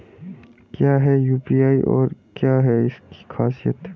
क्या है यू.पी.आई और क्या है इसकी खासियत?